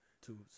two